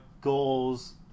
goals